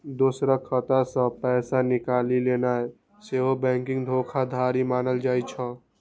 दोसरक खाता सं पैसा निकालि लेनाय सेहो बैंकिंग धोखाधड़ी मानल जाइ छै